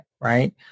right